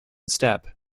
step